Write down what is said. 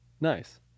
Nice